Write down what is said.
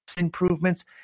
improvements